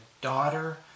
Daughter